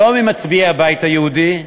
לא ממצביעי הבית היהודי,